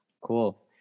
Cool